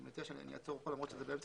אני מציע שאעצור פה למרות שזה באמצע